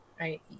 Right